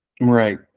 Right